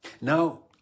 Now